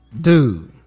Dude